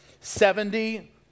Seventy